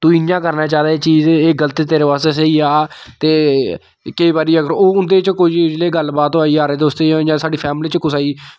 तूं इ'यां करना चाहिदा एह् चीज ते एह् गल्त तेरे बास्तै स्हेई ऐ ते केईं बारी अगर ओह् उं'दे च कोई उ'ऐ लेई गल्ल बात होआ दी यारें दोस्तें च इ'यां साढ़ी फैमिली च कुसै गी